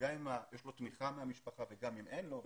וגם אם יש לו תמיכה מהמשפחה וגם אם אין לו,